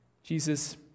Jesus